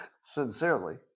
Sincerely